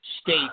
state